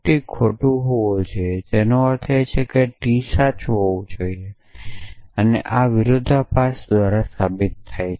T ખોટું હોવું જોઈએ તેનો અર્થ એ છે કે T સાચું હોવું જોઈએ તેથી આ વિરોધાભાસ દ્વારા સાબિત થાય છે